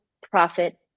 profit